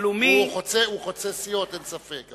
הלאומי, הוא חוצה סיעות, אין ספק.